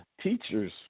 teachers